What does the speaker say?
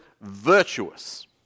virtuous